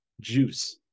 juice